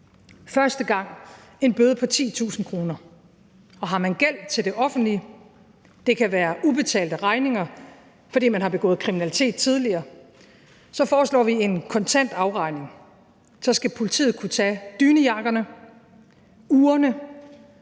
første gang en bøde på 10.000 kroner. Og har man gæld til det offentlige – det kan være ubetalte regninger, fordi man har begået kriminalitet tidligere – så foreslår vi en kontant afregning. Så skal politiet kunne tage dynejakkerne, urene,